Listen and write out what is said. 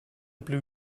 blue